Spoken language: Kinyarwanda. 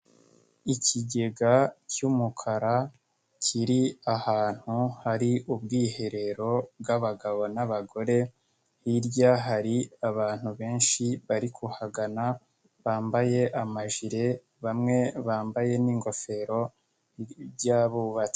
Ikigega cy'umukara kiri ahantu hari ubwiherero bw'abagabo n'abagore, hirya hari abantu benshi bari kuhagana bambaye amajire bamwe bambaye n'ingofero by'abubatsi.